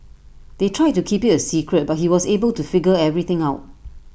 they tried to keep IT A secret but he was able to figure everything out